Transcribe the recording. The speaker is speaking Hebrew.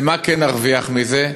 זה מה כן נרוויח מזה,